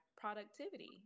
productivity